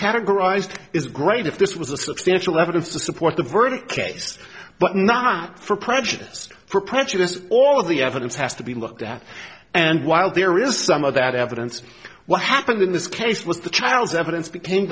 categorized is great if this was a substantial evidence to support the verdict case but not for prejudice for prejudice all of the evidence has to be looked at and while there is some of that evidence what happened in this case was the child's evidence became